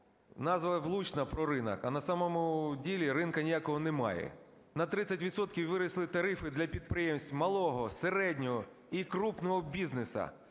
Назва влучна – про ринок, а на самому ділі ринку ніякого немає. На 30 відсотків виросли тарифи для підприємств малого, середнього і крупного бізнесу.